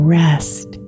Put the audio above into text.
rest